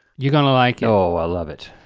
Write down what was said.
you're gonna like it. oh, i love it.